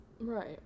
Right